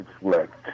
reflect